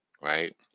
right